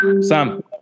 Sam